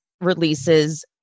releases